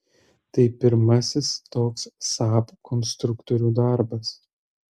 tai pirmasis toks saab konstruktorių darbas